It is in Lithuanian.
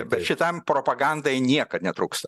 bet šitam propagandai niekad netrūksta